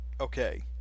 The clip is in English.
okay